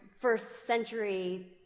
first-century